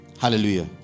Hallelujah